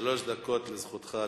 אדוני, שלוש דקות לזכותך.